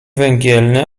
węgielny